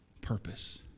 purpose